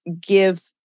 give